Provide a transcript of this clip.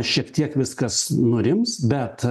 šiek tiek viskas nurims bet